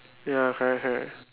ya correct correct